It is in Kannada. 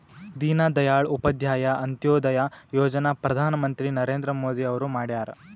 ದೀನ ದಯಾಳ್ ಉಪಾಧ್ಯಾಯ ಅಂತ್ಯೋದಯ ಯೋಜನಾ ಪ್ರಧಾನ್ ಮಂತ್ರಿ ನರೇಂದ್ರ ಮೋದಿ ಅವ್ರು ಮಾಡ್ಯಾರ್